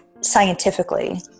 scientifically